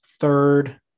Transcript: third